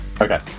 Okay